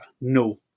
No